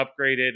upgraded